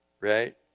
right